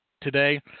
today